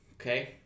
okay